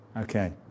Okay